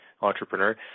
entrepreneur